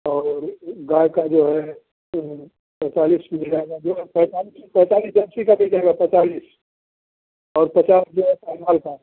और गाय का जो है पैंतालीस मिलेगा जो है पैंतालीस जर्सी का मिलेगा पैंतालीस और पचास जो है साहीवल का